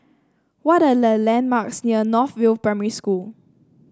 what are the landmarks near North View Primary School